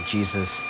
Jesus